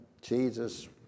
Jesus